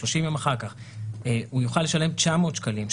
30 יום אחר כך הוא יוכל לשלם 900 שקלים,